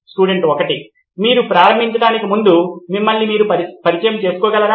student 1 మీరు ప్రారంభించటానికి ముందు మిమ్మల్ని మీరు పరిచయం చేసుకోగలరా